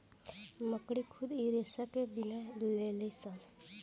मकड़ी खुद इ रेसा के बिन लेलीसन